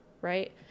right